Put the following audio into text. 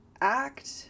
act